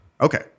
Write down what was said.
Okay